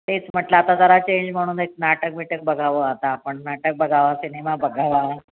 तेच म्हटलं आता जरा चेंज म्हणून एक नाटक बिटक बघावं आता आपण नाटक बघावं सिनेमा बघावा